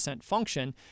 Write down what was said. function